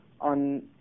on